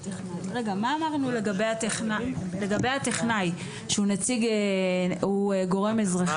מה אמרנו לגבי הטכנאי, שהוא גורם אזרחי?